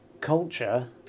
culture